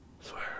Swear